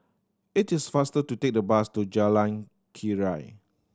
it is faster to take the bus to Jalan Keria